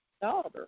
daughter